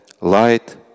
light